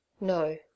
No